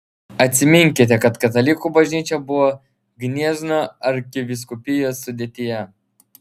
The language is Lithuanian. atsiminkite kad katalikų bažnyčia buvo gniezno arkivyskupijos sudėtyje